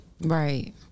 Right